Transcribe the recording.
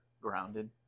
grounded